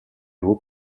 hauts